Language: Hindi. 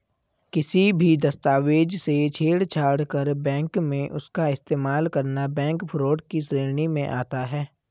किसी भी दस्तावेज से छेड़छाड़ कर बैंक में उसका इस्तेमाल करना बैंक फ्रॉड की श्रेणी में आता है